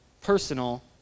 personal